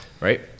right